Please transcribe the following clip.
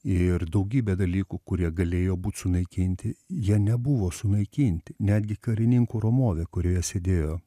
ir daugybė dalykų kurie galėjo būt sunaikinti jie nebuvo sunaikinti netgi karininkų ramovė kurioje sėdėjo